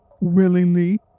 willingly